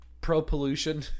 pro-pollution